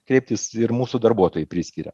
kreiptis ir mūsų darbuotojai priskiria